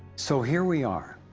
so here we are,